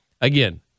again